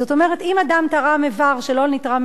אם אדם תרם איבר שלא לנתרם מסוים,